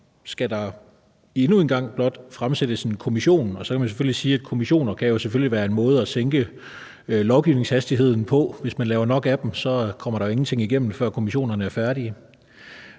skal der endnu en gang blot nedsættes en kommission? Og så kan man selvfølgelig sige, at kommissioner kan være en måde at sænke lovgivningshastigheden på – hvis man laver nok af dem, kommer der jo ingenting igennem, før kommissionerne er færdige